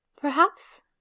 Perhaps